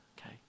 okay